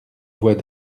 voix